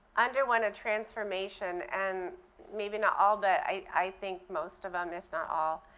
underwent a transformation and maybe not all but i think most of them, if not all,